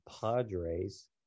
Padres